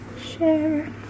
Share